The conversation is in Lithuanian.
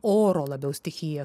oro labiau stichija